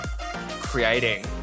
creating